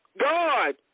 God